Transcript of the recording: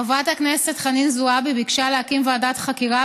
חברת הכנסת חנין זועבי ביקשה להקים ועדת חקירה